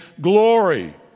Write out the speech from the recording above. glory